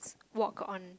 walk on